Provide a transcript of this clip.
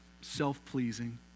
self-pleasing